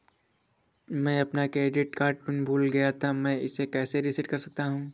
मैं अपना credit card pin भूल गया था मैं इसे कैसे रीसेट कर सकता हूँ?